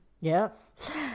Yes